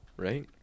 right